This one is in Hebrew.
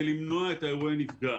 למנוע אירועי נפגע.